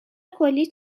کلی